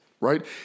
Right